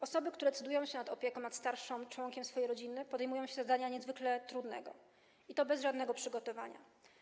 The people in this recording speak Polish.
Osoby, które decydują się na opiekę nad starszym członkiem rodziny, podejmują się zadania niezwykle trudnego, i to bez żadnego przygotowania.